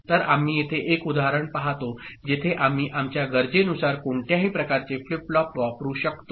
तर आम्ही येथे एक उदाहरण पहातो जिथे आम्ही आमच्या गरजेनुसार कोणत्याही प्रकारचे फ्लिप फ्लॉप वापरू शकतो